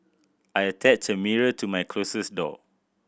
I attached a mirror to my closet door